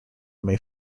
may